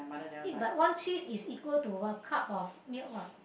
eh but one cheese is equal to a cup of milk what